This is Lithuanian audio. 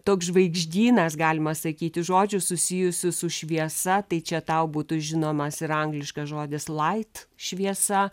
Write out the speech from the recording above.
toks žvaigždynas galima sakyti žodžių susijusių su šviesa tai čia tau būtų žinomas ir angliškas žodis lait šviesa